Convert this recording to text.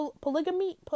polygamy